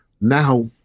Now